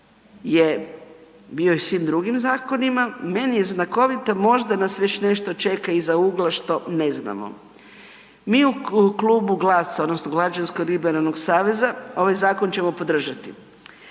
je bio i u svim drugim zakonima, meni je znakovita možda nas već nešto čeka iza ugla što ne znamo. Mi u Klubu GLAS-a odnosno Građansko-liberalnog saveza ovaj zakon ćemo podržati,